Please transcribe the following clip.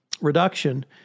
reduction